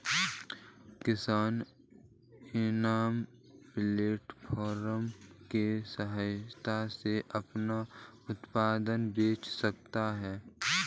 किसान eNAM platform की सहायता से अपना उत्पाद बेच सकते है